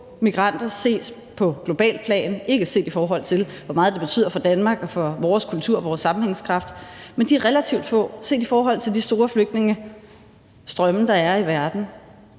migranter set på globalt plan – ikke set, i forhold til hvor meget det betyder for Danmark og for vores kultur og vores sammenhængskraft, men set i forhold til de store flygtningestrømme, der er i verden